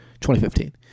2015